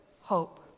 hope